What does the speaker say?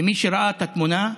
למי שראה את התמונה,